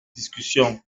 discussion